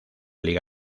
liga